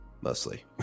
mostly